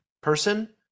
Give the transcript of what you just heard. person